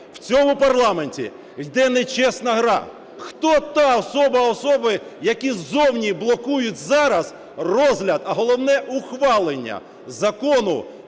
в цьому парламенті йде нечесна гра. Хто та особа, особи, які ззовні блокують зараз розгляд, а головне ухвалення Закону